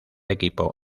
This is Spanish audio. equipo